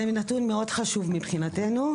זה נתון מאוד חשוב מבחינתנו.